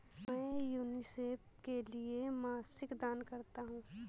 मैं यूनिसेफ के लिए मासिक दान करता हूं